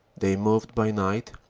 they moved by night,